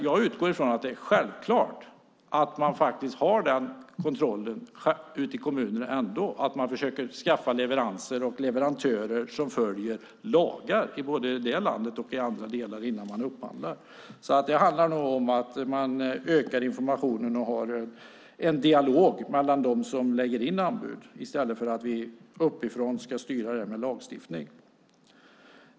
Jag utgår från att det är självklart att kommunerna ändå har den kontrollen och försöker skaffa leverantörer som följer lagarna i landet innan man upphandlar. Det handlar nog om ökad information och en dialog mellan dem som lägger in anbud i stället för att vi uppifrån ska styra det här med lagstiftning.